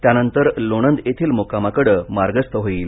त्यानतर लोणंद येथील मुक्कामाकडे मार्गस्थ होईल